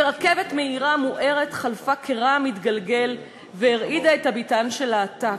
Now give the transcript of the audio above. ורכבת מהירה מוארת חלפה כרעם מתגלגל והרעידה את הביתן של העתק.